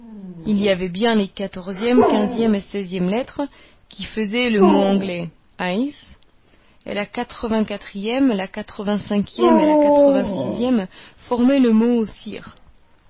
il y avait bien les quatorzième quinzième et seizième lettres qui faisaient le mot anglais ice et la quatre vingt quatrième la quatre vingt cinquième et la quatre vingt sixième formaient le mot sir